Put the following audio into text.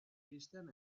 iristean